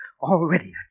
already